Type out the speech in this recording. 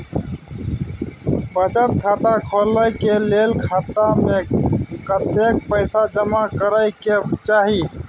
बचत खाता खोले के लेल खाता में कतेक पैसा जमा करे के चाही?